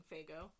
Fago